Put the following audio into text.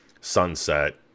sunset